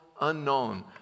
unknown